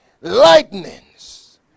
Lightnings